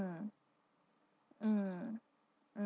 mm mm